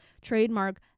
trademark